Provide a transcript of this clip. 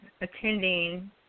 attending